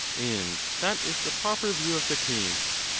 and that is the proper view of the case.